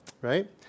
right